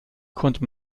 konnte